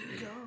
go